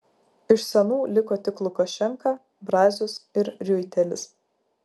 iš senų liko tik lukašenka brazius ir riuitelis